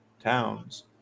towns